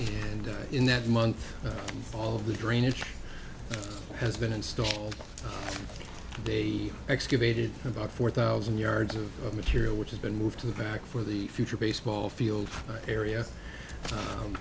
and in that month all of the drainage has been installed they excavated about four thousand yards of material which has been moved to the back for the future baseball field area